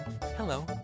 Hello